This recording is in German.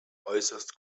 äußerst